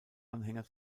anhänger